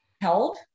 held